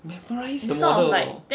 memorized the model orh